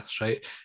right